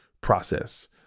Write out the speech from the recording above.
process